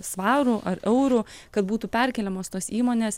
svarų ar eurų kad būtų perkeliamos tos įmonės